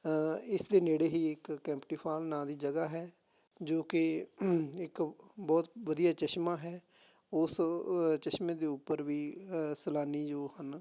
ਇਸ ਦੇ ਨੇੜੇ ਹੀ ਇੱਕ ਕੈਂਪਟੀ ਫਾਲ ਨਾਂ ਦੀ ਜਗ੍ਹਾ ਹੈ ਜੋ ਕਿ ਇੱਕ ਬਹੁਤ ਵਧੀਆ ਚਸ਼ਮਾ ਹੈ ਉਸ ਚਸ਼ਮੇ ਦੇ ਉੱਪਰ ਵੀ ਸੈਲਾਨੀ ਜੋ ਹਨ